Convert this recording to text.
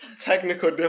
technical